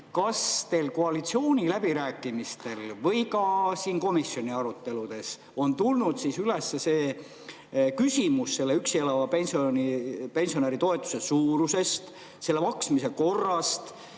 kas teil koalitsiooniläbirääkimistel või ka siin komisjoni aruteludes on tulnud üles küsimus selle üksi elava pensionäri toetuse suuruse kohta, selle maksmise korra